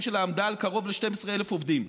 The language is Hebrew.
שלה עמדה על קרוב ל-12,000 עובדים.